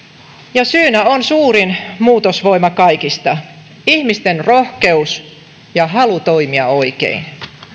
ja syynä on suurin muutosvoima kaikista ihmisten rohkeus ja halu toimia oikein